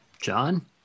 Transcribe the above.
John